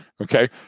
okay